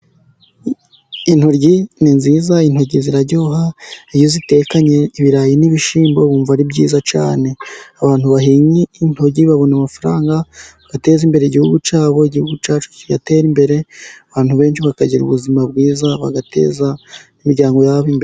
Intoryi ni nziza, intoki ziraryoha, iyo uzitekanye ibirayi n'ibishyimbo wumva ari byiza cyane, abantu bahinga intoryi babona amafaranga bagateza imbere igihugu cyabo, igihugu cyacu kigatera imbere, abantu benshi bakagira ubuzima bwiza bagateza imiryango yabo imbere.